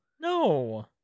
No